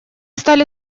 стали